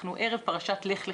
אנחנו ערב פרשת 'לך לך',